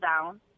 down